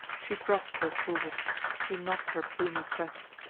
she drops her sword she nods her plumy crest,